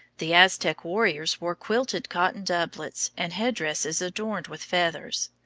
the aztec warriors wore quilted cotton doublets and headdresses adorned with feathers.